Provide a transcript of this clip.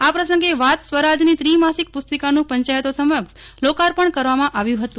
આ પ્રસંગે વાત સ્વરાજની ત્રિમાસિક પ્રસ્તિકાનું પંચાયતો સમક્ષ લોકાર્પણ કરવામાં આવ્યું હતું